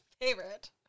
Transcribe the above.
Favorite